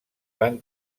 van